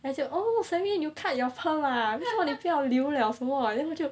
then he said oh suddenly you cut your perm ah 为什么你不要留 liao 什么 then 我就